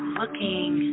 looking